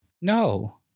No